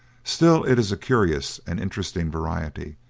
still it is a curious and interesting variety,